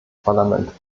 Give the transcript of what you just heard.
parlament